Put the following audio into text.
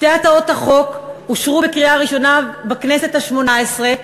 שתי הצעות החוק אושרו בקריאה ראשונה בכנסת השמונה-עשרה,